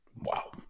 Wow